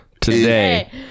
today